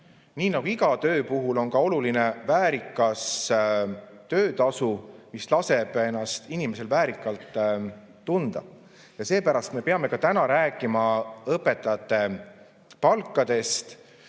Nii nagu iga töö puhul on neilegi oluline ka väärikas töötasu, mis laseb inimesel ennast väärikalt tunda. Ja seepärast me peame ka täna rääkima õpetajate palkadest.